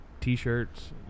T-shirts